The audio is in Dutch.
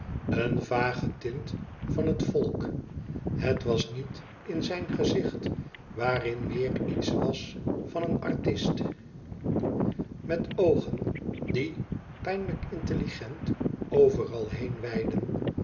een vage tint van het volk het was niet in zijn gezicht waarin meer iets was van een artist met oogen die pijnlijk intelligent overal heen weiden